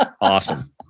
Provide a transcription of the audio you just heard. Awesome